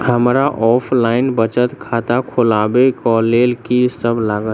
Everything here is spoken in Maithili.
हमरा ऑफलाइन बचत खाता खोलाबै केँ लेल की सब लागत?